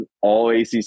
All-ACC